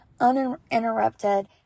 uninterrupted